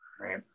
right